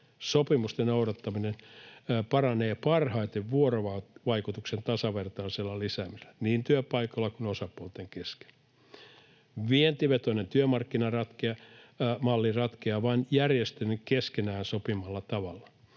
Sopimusten noudattaminen paranee parhaiten vuorovaikutuksen tasavertaisella lisäämisellä niin työpaikoilla kuin osapuolten kesken. Vientivetoinen työmarkkinamalli ratkeaa vain järjestöjen keskenään sopimalla tavalla.